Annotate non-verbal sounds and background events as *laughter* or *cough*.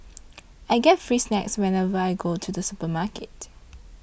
*noise* I get free snacks whenever I go to the supermarket